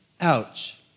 Ouch